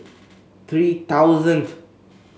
three thousand